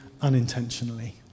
unintentionally